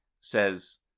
says